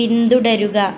പിന്തുടരുക